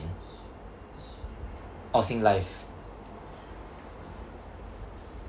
oh SingLife